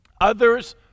Others